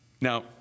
Now